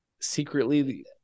secretly